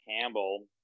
Campbell